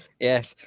Yes